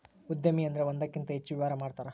ಉದ್ಯಮಿ ಅಂದ್ರೆ ಒಂದಕ್ಕಿಂತ ಹೆಚ್ಚು ವ್ಯವಹಾರ ಮಾಡ್ತಾರ